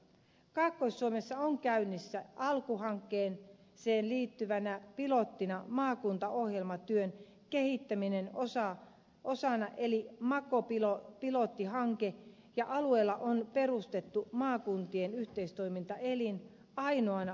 kaakkois suomessa on käynnissä alku hankkeeseen liittyvänä pilottina maakuntaohjelmatyön kehittäminen osana aluehallinnon uudistamista eli mako pilottihanke ja alueella on perustettu maakuntien yhteistoimintaelin ainoana alueena suomessa